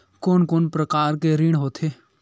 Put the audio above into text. कोन कोन प्रकार के ऋण होथे?